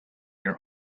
your